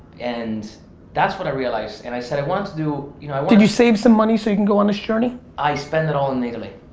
and that's what i realized. and i said i want to do you know did you save some money so you could go on this journey? i spent it all in italy.